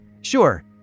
Sure